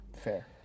fair